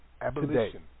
Abolition